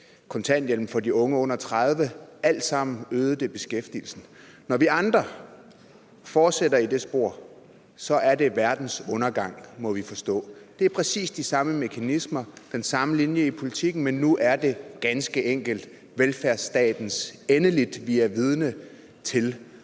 kontanthjælpen for de unge under 30 – alt sammen øgede det beskæftigelsen. Når vi andre fortsætter i det spor, er det verdens undergang, må vi forstå. Det er præcis de samme mekanismer, den samme linje i politikken, men nu er det ganske enkelt velfærdsstatens endeligt, vi er vidner til.